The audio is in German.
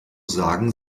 sagen